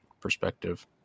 perspective